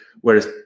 whereas